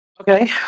Okay